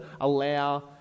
allow